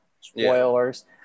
Spoilers